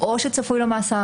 או כשצפוי לו מאסר,